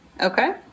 okay